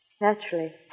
Naturally